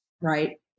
right